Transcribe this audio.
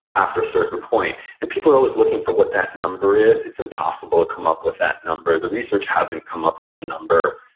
after a certain point and people are always looking for what that number is. it's impossible to come up with that number, the research hasn't come up with a number.